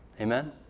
Amen